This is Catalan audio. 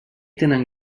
tenen